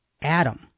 Adam